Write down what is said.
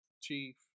chief